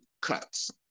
cuts